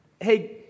Hey